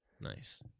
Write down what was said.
Nice